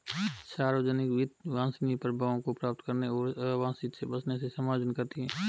सार्वजनिक वित्त वांछनीय प्रभावों को प्राप्त करने और अवांछित से बचने से समायोजन करती है